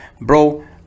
Bro